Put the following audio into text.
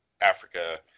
Africa